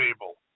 table